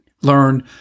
Learn